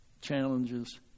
challenges